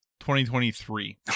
2023